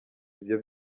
ibyo